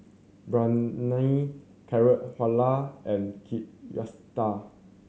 Biryani Carrot Halwa and Kushikatsu